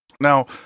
now